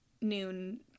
Noon